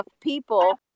people